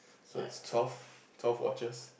so it's twelve twelve watches